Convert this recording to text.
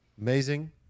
Amazing